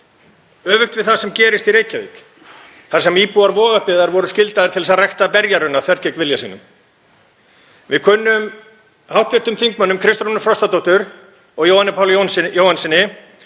öfugt við það sem gerist í Reykjavík þar sem íbúar Vogabyggðar voru skyldaðir til að rækta berjarunna þvert gegn vilja sínum. Við kunnum hv. þingmönnum Kristrúnu Frostadóttur og Jóhanni Páli Jóhannssyni,